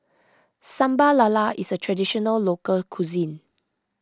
Sambal Lala is a Traditional Local Cuisine